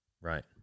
Right